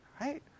right